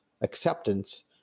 acceptance